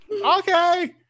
Okay